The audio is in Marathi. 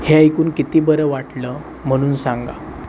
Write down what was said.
हे ऐकून किती बरं वाटलं म्हणून सांगा